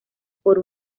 por